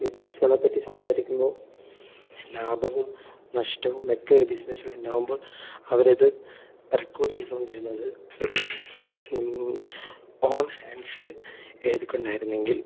ബിസിനസ്സുകളെ പറ്റി സംസാരിക്കുമ്പോൾ ലാഭവും നഷ്ടവും ഒക്കെ ഒരു ബിസിനസ്സിൽ ഉണ്ടാവുമ്പോൾ അവർ അത് റെക്കോർഡ് ചെയ്തോണ്ടിരുന്നത് ഓൺ ഹാൻഡ്സില് എഴുതിക്കൊണ്ടായിരുന്നു എങ്കിൽ